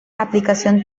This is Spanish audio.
aplicación